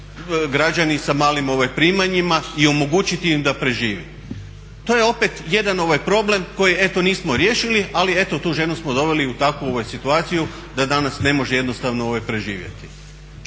građani sa malim primanjima i omogućiti im da prežive. To je opet jedan problem koji eto nismo riješili ali eto tu ženu smo doveli u takvu situaciju da danas ne može jednostavno preživjeti.